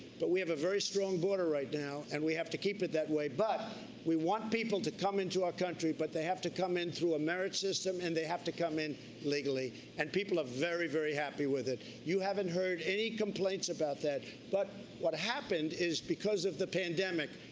but we have a very strong border right now. and we have to keep it that way. but we want people to come into our country but they have to come in through a merit system and they have to come in legally and people are very, very happy with it. you haven't heard any complaints about that. but what happened is because of the pandemic,